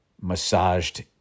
massaged